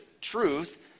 truth